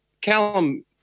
Callum